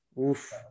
oof